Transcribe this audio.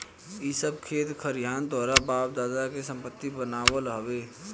इ सब खेत खरिहान तोहरा बाप दादा के संपत्ति बनाल हवे